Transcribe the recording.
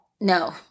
No